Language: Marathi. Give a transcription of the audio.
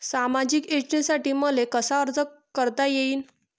सामाजिक योजनेसाठी मले कसा अर्ज करता येईन?